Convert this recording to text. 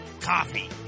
coffee